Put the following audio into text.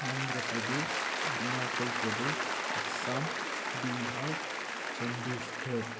Andhra Pradesh Arunachal Pradesh Assam Bihar Chandigarh